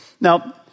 Now